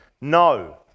No